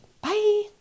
bye